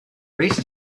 reached